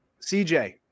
CJ